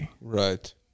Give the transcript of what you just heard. Right